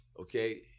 okay